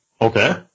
Okay